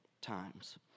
times